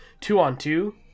two-on-two